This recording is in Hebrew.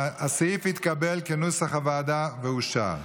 הסעיף, כנוסח הוועדה, התקבל ואושר.